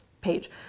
page